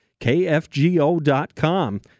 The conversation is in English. kfgo.com